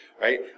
right